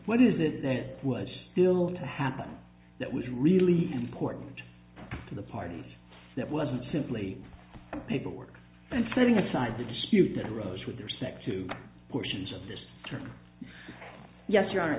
what is it that would still to happen that was really important to the parties that wasn't simply paperwork and setting aside the dispute that arose with respect to portions of this term yes you are